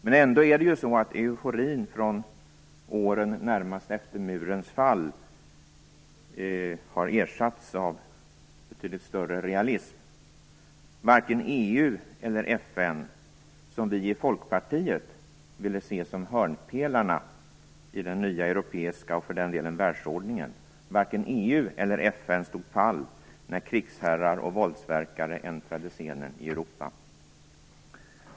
Men ändå har euforin från åren närmast efter murens fall ersatts av betydligt större realism. Varken EU eller FN, som vi i Folkpartiet ville se som hörnpelarna i den nya europeiska ordningen och för den delen också världsordningen, stod pall när krigsherrar och våldsverkare äntrade scenen i Europa.